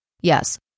Yes